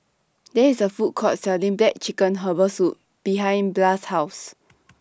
There IS A Food Court Selling Black Chicken Herbal Soup behind Blas' House